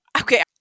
Okay